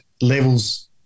levels